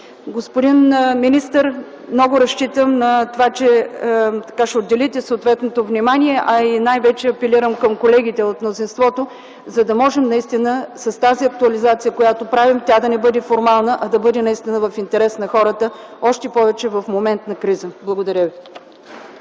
Господин министър, много разчитам на това, че ще отделите съответното внимание. Най-вече апелирам към колегите от мнозинството – тази актуализация, която правим, да не бъде формална, а да бъде наистина в интерес на хората, още повече в момент на криза. Благодаря ви.